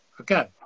okay